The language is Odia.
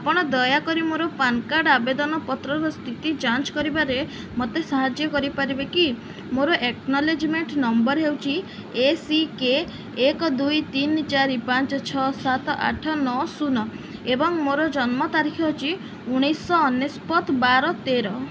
ଆପଣ ଦୟାକରି ମୋର ପାନ୍ କାର୍ଡ଼ ଆବେଦନପତ୍ରର ସ୍ଥିତି ଯାଞ୍ଚ କରିବାରେ ମୋତେ ସାହାଯ୍ୟ କରିପାରିବେ କି ମୋର ଏକନଲେଜ୍ମେଣ୍ଟ ନମ୍ବର ହେଉଛି ଏ ସି କେ ଏକ ଦୁଇ ତିନି ଚାରି ପାଞ୍ଚ ଛଅ ସାତ ଆଠ ନଅ ଶୂନ ଏବଂ ମୋର ଜନ୍ମ ତାରିଖ ହେଉଛି ଉଣେଇଶ ଅନେଶ୍ୱତ ବାର ତେର